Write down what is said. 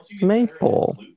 Maple